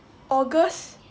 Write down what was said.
august